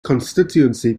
constituency